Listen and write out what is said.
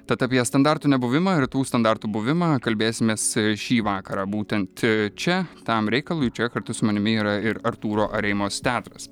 tad apie standartų nebuvimą ir tų standartų buvimą kalbėsimės šį vakarą būtent čia tam reikalui čia kartu su manimi yra ir artūro areimos teatras